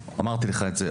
אמרתי לך את זה,